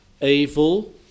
evil